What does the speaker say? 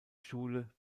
schule